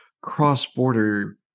cross-border